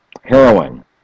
heroin